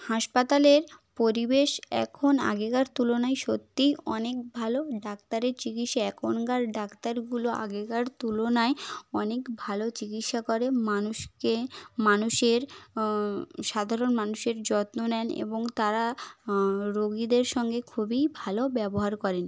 হাসপাতালের পরিবেশ এখন আগেকার তুলনায় সত্যিই অনেক ভালো ডাক্তারের চিকিৎসা এখনকার ডাক্তারগুলো আগেকার তুলনায় অনেক ভালো চিকিৎসা করে মানুষকে মানুষের সাধারণ মানুষের যত্ন নেন এবং তারা রোগীদের সঙ্গে খুবই ভালো ব্যবহার করেন